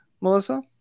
Melissa